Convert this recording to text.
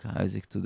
Isaac